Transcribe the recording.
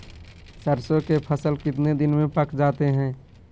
सरसों के फसल कितने दिन में पक जाते है?